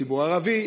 הציבור הערבי,